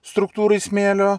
struktūrai smėlio